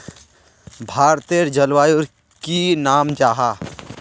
भारतेर जलवायुर की नाम जाहा?